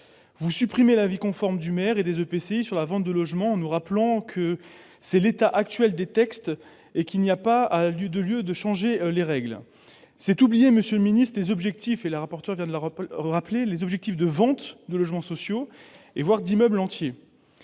supprimer l'avis conforme du maire et des EPCI sur la vente de logements, en rappelant qu'il s'agit de l'état actuel du droit et qu'il n'y a pas lieu de changer les règles. C'est oublier, monsieur le ministre, les objectifs de ventes de logements sociaux, voire d'immeubles entiers.